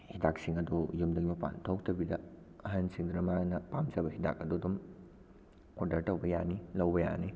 ꯍꯤꯗꯥꯛꯁꯤꯡ ꯑꯗꯨ ꯌꯨꯝꯗꯒꯤ ꯃꯄꯥꯟ ꯊꯣꯛꯇꯕꯤꯗ ꯑꯍꯟꯁꯤꯡꯗꯨꯅ ꯃꯥꯅ ꯄꯥꯝꯖꯕ ꯍꯤꯗꯥꯛ ꯑꯗꯨ ꯑꯗꯨꯝ ꯑꯣꯗꯔ ꯇꯧꯕ ꯌꯥꯅꯤ ꯂꯧꯕ ꯌꯥꯅꯤ